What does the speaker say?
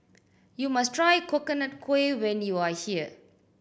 you must try Coconut Kuih when you are here